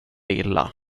illa